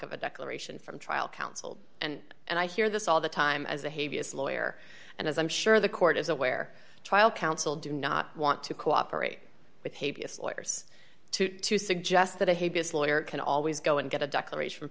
of a declaration from trial counsel and and i hear this all the time as a havey as lawyer and as i'm sure the court is aware trial counsel do not want to cooperate with a b s lawyers to to suggest that i hate this lawyer can always go and get a declaration